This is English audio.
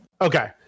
okay